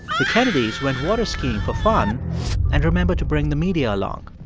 the kennedys went water skiing for fun and remembered to bring the media along